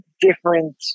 different